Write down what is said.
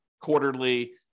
quarterly